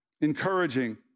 encouraging